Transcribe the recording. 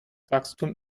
wachstum